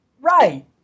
Right